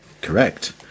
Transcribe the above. Correct